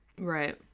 Right